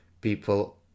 people